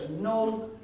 no